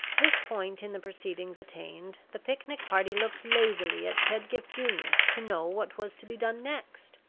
this point in the proceedings attained, the picnic party looked lazily at pedgift junior to know what was to be done next.